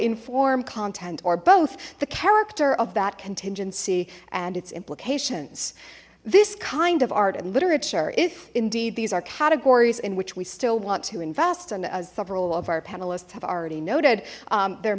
inform content or both the character of that contingency and its implications this kind of art and literature if indeed these are categories in which we still want to invest and as several of our panelists have already noted there